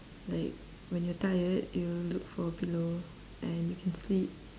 like when you are tired you look for a pillow and you can sleep